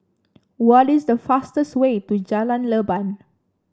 what is the fastest way to Jalan Leban